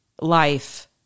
life